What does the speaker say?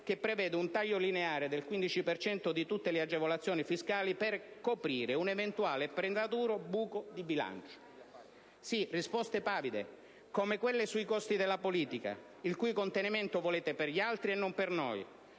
che prevede un taglio lineare del 15 per cento di tutte le agevolazioni fiscali per coprire un eventuale e prematuro buco di bilancio. Sì, risposte pavide, come quelle sui costi della politica, il cui contenimento volete per gli altri e non per noi,